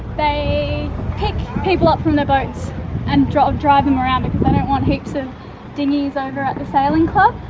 they pick people up from their boats and drive drive them around, because they don't want heaps of dinghies over at the sailing club.